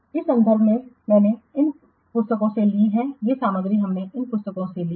यह संदर्भ हमने इस पुस्तक से लिया है ये सामग्री हमने इन पुस्तकों से ली है